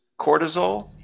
cortisol